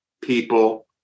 people